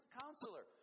counselor